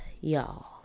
y'all